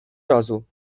razu